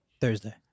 Thursday